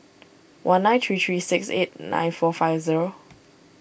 one nine three three six eight nine four five zero